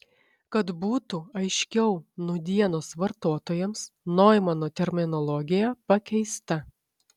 kad būtų aiškiau nūdienos vartotojams noimano terminologija pakeista